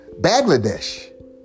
Bangladesh